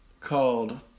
called